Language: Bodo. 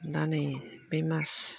दा नै बे मास